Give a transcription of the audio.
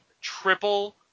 triple